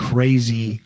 Crazy